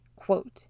Quote